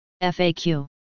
FAQ